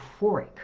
euphoric